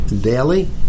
daily